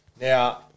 Now